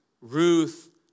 Ruth